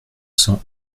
cent